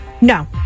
No